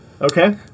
Okay